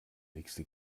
nächste